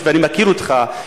היות שאני מכיר אותך,